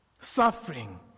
Suffering